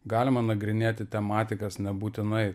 galima nagrinėti tematikas nebūtinai